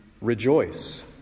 rejoice